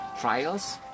trials